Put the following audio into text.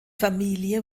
familie